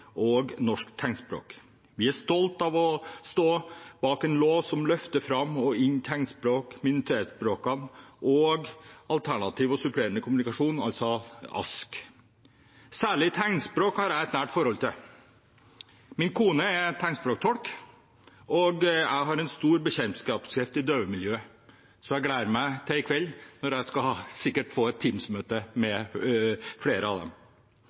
og norsk tegnspråk. Vi er stolte av å stå bak en lov som løfter fram tegnspråk, minoritetsspråkene og alternativ og supplerende kommunikasjon, ASK. Særlig tegnspråk har jeg et nært forhold til. Min kone er tegnspråktolk, og jeg har en stor bekjentskapskrets i døvemiljøet. Jeg gleder meg til i kveld, når jeg sikkert skal få et Teams-møte med flere av dem.